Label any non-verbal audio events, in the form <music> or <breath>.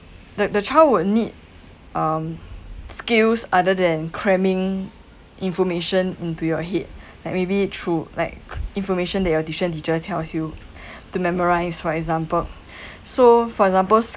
the the child would need um skills other than cramming information into your head like maybe through like information that your tuition teacher tells you <breath> to memorize for example <breath> so for example